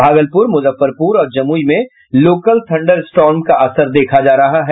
भागलपुर मुजफ्फरपुर और जमुई में local thunderstorm का असर देखा जा रहा है